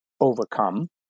overcome